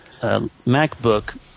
MacBook